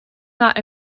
not